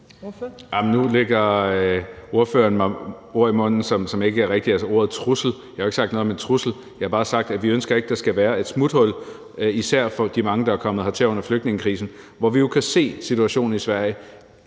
Nu lægger ordføreren mig ord i munden, som ikke er rigtige, altså ordet trussel. Jeg har jo ikke sagt noget om en trussel. Jeg har bare sagt, at vi ikke ønsker, at der skal være et smuthul for især de mange, der er kommet hertil under flygtningekrisen. Vi kan jo se situationen i Sverige,